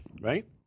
Right